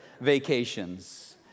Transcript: vacations